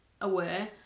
aware